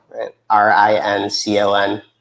R-I-N-C-O-N